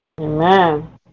Amen